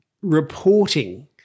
reporting